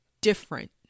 different